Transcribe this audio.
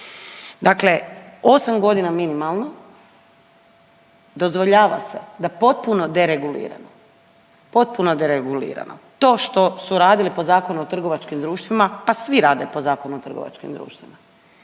Dakle, 8 godina minimalno dozvoljava se da potpuno deregulirano, potpuno deregulirano to što su radili po Zakonu o trgovačkim društvima, pa svi rade po Zakonu o trgovačkim društvima.